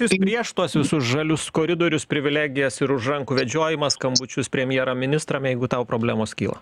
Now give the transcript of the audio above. jūs prieš tuos visus žalius koridorius privilegijas ir už rankų vedžiojimą skambučius premjeram ministram jeigu tau problemos kyla